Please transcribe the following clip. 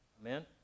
Amen